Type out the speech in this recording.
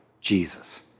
Jesus